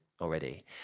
already